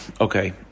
Okay